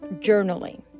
journaling